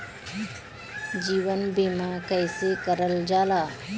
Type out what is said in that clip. जीवन बीमा कईसे करल जाला?